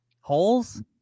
Holes